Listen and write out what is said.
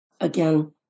again